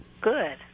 Good